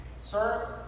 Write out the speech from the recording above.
Sir